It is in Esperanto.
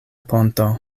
ponto